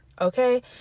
Okay